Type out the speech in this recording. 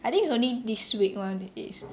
I think it's only this week one is